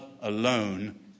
alone